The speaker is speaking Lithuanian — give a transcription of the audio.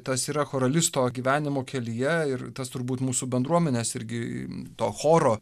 tas yra choralisto gyvenimo kelyje ir tas turbūt mūsų bendruomenės irgi to choro